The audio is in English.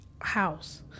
house